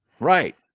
Right